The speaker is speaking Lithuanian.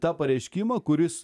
tą pareiškimą kuris